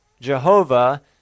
Jehovah